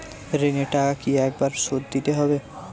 ঋণের টাকা কি একবার শোধ দিতে হবে?